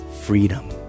freedom